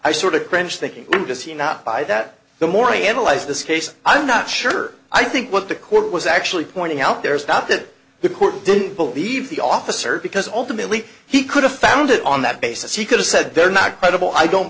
i sort of cringe thinking does he not by that the morning analyze this case i'm not sure i think what the court was actually pointing out there is not that the court didn't believe the officer because ultimately he could have found it on that basis he could have said they're not credible i don't